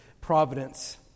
providence